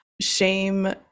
shame